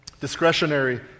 discretionary